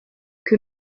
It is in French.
que